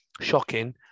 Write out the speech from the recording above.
shocking